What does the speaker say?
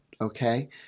okay